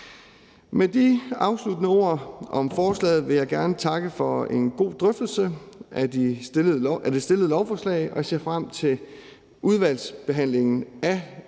Med de her afsluttende ord om forslaget vil jeg gerne takke for en god drøftelse af det fremsatte lovforslag, og jeg ser frem til udvalgsbehandlingen af